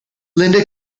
linda